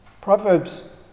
Proverbs